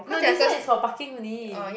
no this one is for parking only